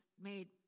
made